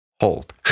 Hold